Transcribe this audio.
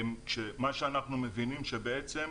מה שאנחנו מבינים, שבעצם